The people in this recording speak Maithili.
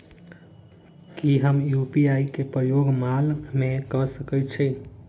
की हम यु.पी.आई केँ प्रयोग माल मै कऽ सकैत छी?